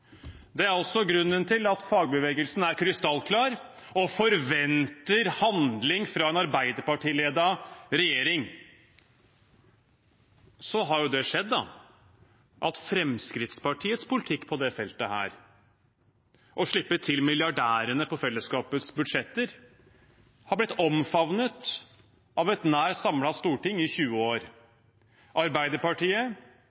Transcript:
er også grunnen til at fagbevegelsen er krystallklar og forventer handling fra en Arbeiderparti-ledet regjering. Så har det skjedd at Fremskrittspartiets politikk på dette feltet, å slippe til milliardærene på fellesskapets budsjetter, har blitt omfavnet av et nær samlet storting i 20